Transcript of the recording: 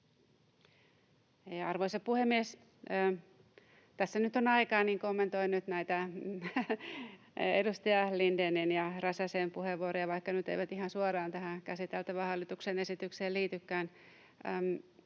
Arvoisa puhemies! Kun tässä nyt on aikaa, niin kommentoin nyt edustajien Lindén ja Räsänen puheenvuoroja, vaikka ne nyt eivät ihan suoraan tähän käsiteltävään hallituksen esitykseen liitykään.